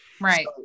Right